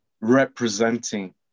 representing